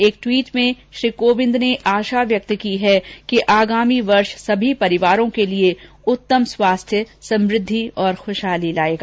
एक ट्वीट में श्री कोविंद ने आशा व्यक्त की है कि आगामी वर्ष सभी परिवारों के लिए उत्तम स्वास्थ्य समृद्धि और खुशहाली लाएगा